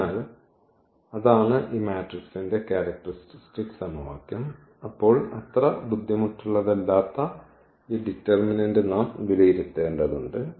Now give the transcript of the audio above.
അതിനാൽ അതാണ് ഈ മാട്രിക്സിന്റെ ക്യാരക്ടറിസ്റ്റിക് സമവാക്യം അപ്പോൾ അത്ര ബുദ്ധിമുട്ടുള്ളതല്ലാത്ത ഈ ഡിറ്റർമിനന്റ് നാം വിലയിരുത്തേണ്ടതുണ്ട്